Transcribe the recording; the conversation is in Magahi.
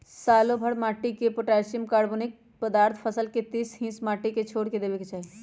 सालोभर माटिमें पोटासियम, कार्बोनिक पदार्थ फसल के तीस हिस माटिए पर छोर देबेके चाही